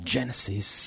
Genesis